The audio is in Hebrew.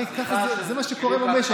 הרי זה מה שקורה במשק.